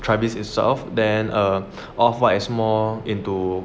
travis itself then off offer as more into